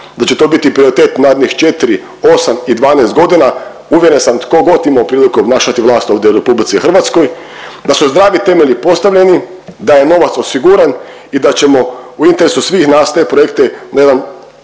da će to biti prioritet narednih 4, 8 i 12 godina. Uvjeren sam tko god imao priliku obnašati vlast ovdje u Republici Hrvatskoj da su zdravi temelji postavljeni, da je novac osiguran i da ćemo u interesu svih nas te projekte na jedan